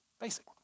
basic